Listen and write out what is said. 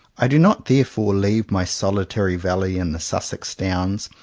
i do not therefore leave my solitary valley in the sussex downs,